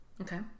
Okay